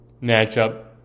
matchup